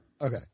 Okay